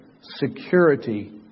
security